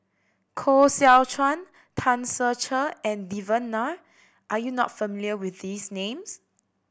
Koh Seow Chuan Tan Ser Cher and Devan Nair are you not familiar with these names